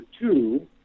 two